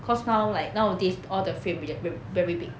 cause now like nowadays all the frame 比较 ver~ very big